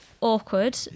awkward